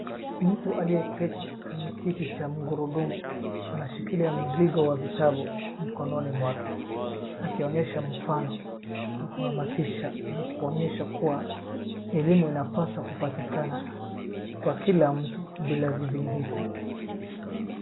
Mtu aliyeketi kwenye kiti cha gurundumu anashikilia mzigo wa vitabu mkononi mwake akionyesha mfano wa kuhamasisha na kuonyesha kuwa elimu inapaswa kupatikana kwa kila mtu bila vizingiti.